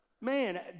man